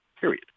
Period